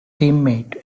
teammate